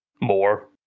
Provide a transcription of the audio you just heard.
more